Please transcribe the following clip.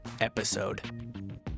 episode